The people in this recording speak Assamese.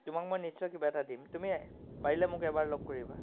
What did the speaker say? তোমাক মই নিশ্চয় কিবা এটা দিম তুমি পাৰিলে মোক এবাৰ লগ কৰিবা